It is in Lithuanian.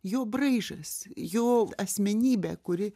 jo braižas jo asmenybė kuri